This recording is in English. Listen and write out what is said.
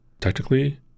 Technically